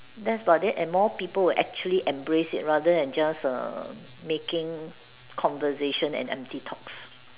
that's about it and more people will actually embrace it rather than just uh making conversations and empty talks